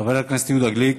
חבר הכנסת יהודה גליק,